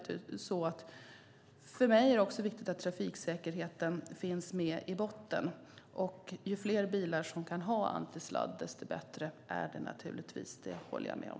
För mig är det också viktigt att trafiksäkerheten finns med i botten. Ju fler bilar som har antisladd, desto bättre är det naturligtvis. Det håller jag med om.